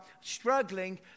struggling